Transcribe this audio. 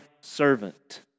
servant